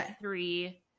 three